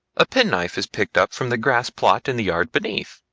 a pen-knife is picked up from the grass plot in the yard beneath,